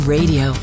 Radio